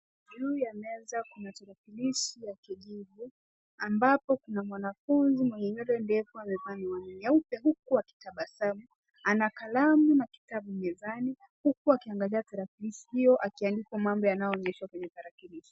Juu ya meza kuna tarakilishi ya kijivu ambapo kuna mwanafunzi mwenye nywele ndefu amevaa miwani nyeupe huku akitabasamu. Ana kalamu na kitabu mezani huku akiangalia tarakilishi hio akiandika mambo yanayoonyeshwa kwenye tarakilishi.